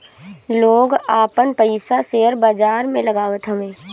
लोग आपन पईसा शेयर बाजार में लगावत हवे